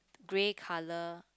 grey color